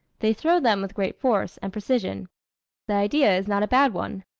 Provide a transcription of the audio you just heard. they throw them with great force and precision the idea is not a bad one.